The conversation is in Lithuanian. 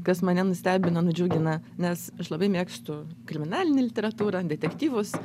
kas mane nustebina nudžiugina nes aš labai mėgstu kriminalinę literatūrą detektyvus